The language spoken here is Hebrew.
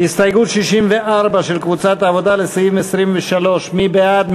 הסתייגות 64 של קבוצת העבודה לסעיף 23, מי בעד?